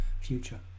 future